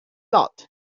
not